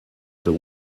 эту